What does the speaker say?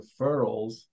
referrals